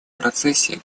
процессе